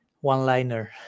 one-liner